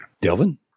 Delvin